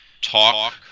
Talk